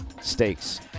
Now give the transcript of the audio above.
stakes